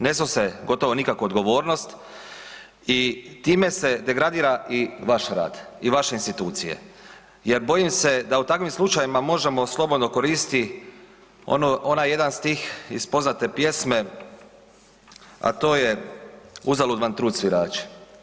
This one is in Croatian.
Ne snose gotovo nikakvu odgovornost i time se degradira i vaš rad i vaše institucije jer bojim se da u takvim slučajevima možemo slobodno koristiti ono, onaj jedan stih iz poznate pjesme, a to je „uzalud vam trud svirači“